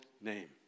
name